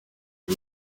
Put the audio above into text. uri